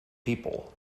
people